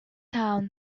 town